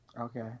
Okay